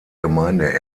gemeinde